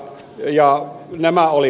nämä olivat kaupan